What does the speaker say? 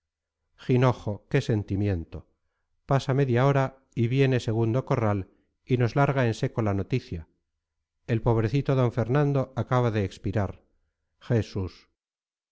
jinojo qué sentimiento pasa media hora y viene segundo corral y nos larga en seco la noticia el pobrecito d fernando acaba de expirar jesús